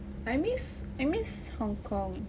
I miss I miss hong kong